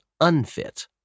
unfit